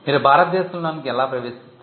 మీరు భారతదేశంలోకి ఎలా ప్రవేశిస్తారు